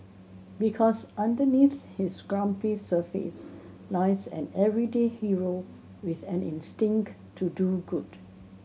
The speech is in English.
because underneath his grumpy surface lies an everyday hero with an instinct to do good